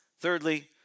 Thirdly